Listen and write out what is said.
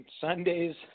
Sundays